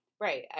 Right